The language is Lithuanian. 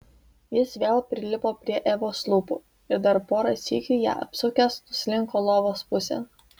jis vėl prilipo prie evos lūpų ir dar porą sykių ją apsukęs nuslinko lovos pusėn